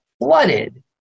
flooded